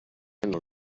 non